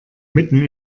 mitten